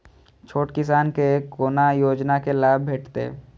छोट किसान के कोना योजना के लाभ भेटते?